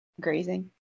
grazing